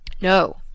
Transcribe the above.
No